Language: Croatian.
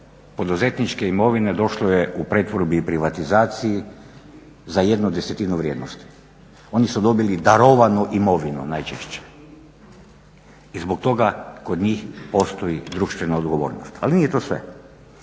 poduzetničke imovine došlo je u pretvorbi i privatizaciji za jednu desetinu vrijednosti. Oni su dobili darovanu imovinu najčešće. I zbog toga kod njih postoji društvena odgovornost. Ali nije to sve.